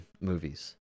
movies